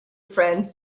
friends